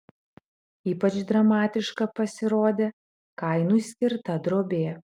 ypač dramatiška pasirodė kainui skirta drobė